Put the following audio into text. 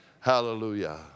hallelujah